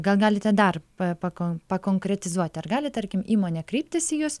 gal galite dar pa pakon pakonkretizuoti ar gali tarkim įmonė kreiptis į jus